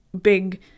big